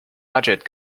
budget